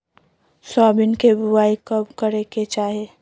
Soybean के बुआई कब करे के चाहि?